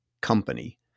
company